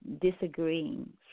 disagreeing